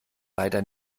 leider